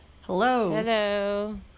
hello